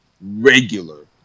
regular